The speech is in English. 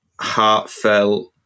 heartfelt